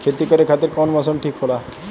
खेती करे खातिर कौन मौसम ठीक होला?